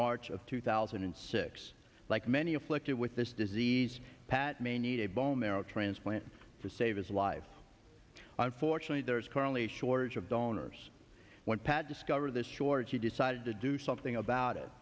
march of two thousand and six like many afflicted with this disease pat may need a bone marrow transplant to save his life unfortunately there is currently a shortage of donors when pat discover this georgie decided to do something about it